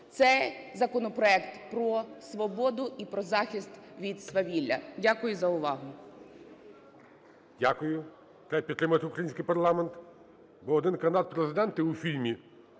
Це законопроект про свободу і про захист від свавілля. Дякую за увагу. ГОЛОВУЮЧИЙ. Дякую. Треба підтримати український парламент. Бо один кандидат в Президенти у фільмі,